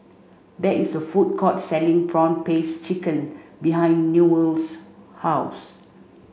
there is a food court selling prawn paste chicken behind Newell's house